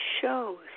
shows